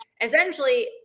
essentially